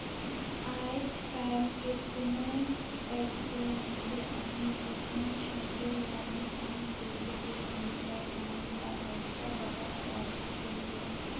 आएज काएल केतनो अइसे मइनसे अहें जेमन छोंड़े लगिन अहें खेती किसानी कर काम ल पइसा बगरा लागथे कहिके